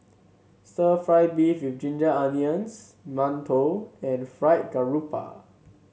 stir fry beef with Ginger Onions mantou and Fried Garoupa